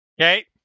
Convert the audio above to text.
Okay